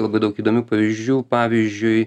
labai daug įdomių pavyzdžių pavyzdžiui